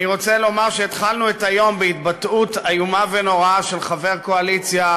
אני רוצה לומר שהתחלנו את היום בהתבטאות איומה ונוראה של חבר קואליציה,